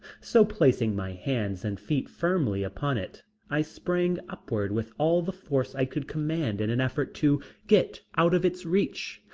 so placing my hands and feet firmly upon it i sprang upward with all the force i could command in an effort to get out of its reach,